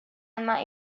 الماء